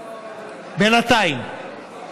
בינתיים.